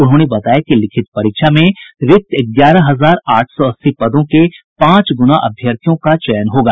उन्होंने बताया कि लिखित परीक्षा में रिक्त ग्यारह हजार आठ सौ अस्सी पदों के पांच गुना अभ्यर्थियों का चयन होगा